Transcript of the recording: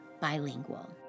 bilingual